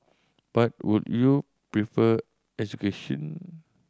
but would you prefer execution